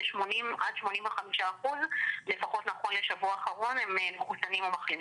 כ-80% עד 85% לפחות נכון לשבוע האחרון הם מחוסנים או מחלימים.